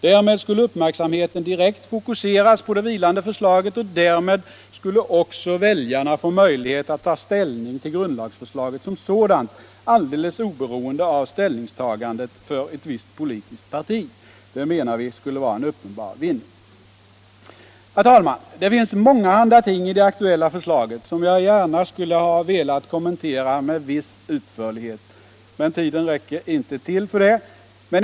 Därmed skulle uppmärksamheten direkt fokuseras på det vilande förslaget och därmed skulle också väljarna få möjlighet att ta ställning till grundlagsförslaget som sådant, alldeles oberoende av ställningstagandet för ett visst politiskt parti. Det menar vi skulle vara en uppenbar vinning. Det finns, herr talman, mångahanda ting i det aktuella förslaget som jag gärna skulle ha velat kommentera med viss utförlighet. Men tiden räcker inte till för detta.